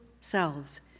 selves